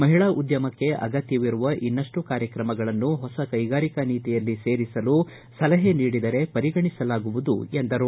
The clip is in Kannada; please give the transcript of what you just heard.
ಮಹಿಳಾ ಉದ್ಯಮಕ್ಕೆ ಅಗತ್ಯವಿರುವ ಇನ್ನಷ್ಟು ಕಾರ್ಯಕ್ರಮಗಳನ್ನು ಹೊಸ ಕೈಗಾರಿಕಾ ನೀತಿಯಲ್ಲಿ ಸೇರಿಸಲು ಸಲಹೆ ನೀಡಿದರೆ ಪರಿಗಣಿಸಲಾಗುವುದು ಎಂದರು